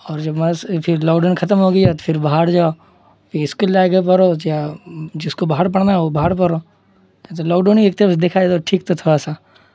اور جب پھر لاک ڈاؤن ختم ہو گیا تو پھر باہر جاؤ پھر اسکول جا کے پڑھو یا جس کو باہر پڑھنا ہے وہ باہر پڑھو تو لاک ڈاؤن ہی ایک طرح سے دیکھا تو ٹھیک تھا تھوڑا ویسا